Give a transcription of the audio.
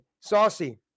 Saucy